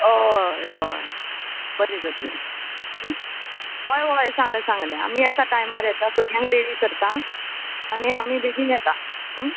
हय हय बरें जातलें हय हय सांगलें सांगलें आमी येता टायमार येता भुरग्यांक रेडी करता आनी आमी बेगीन येता